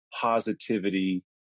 positivity